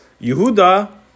Yehuda